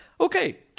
Okay